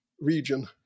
region